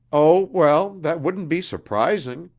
oh, well, that wouldn't be surprising,